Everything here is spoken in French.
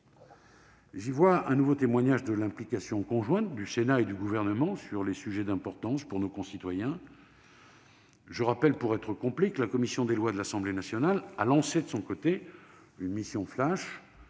J'y vois un nouveau témoignage de l'implication conjointe du Sénat et du Gouvernement sur les sujets d'importance pour nos concitoyens. Je rappelle, pour être complet, que la commission des lois de l'Assemblée nationale a lancé de son côté une mission « flash